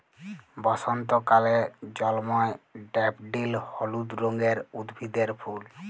বসন্তকালে জল্ময় ড্যাফডিল হলুদ রঙের উদ্ভিদের ফুল